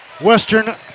Western